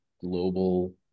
global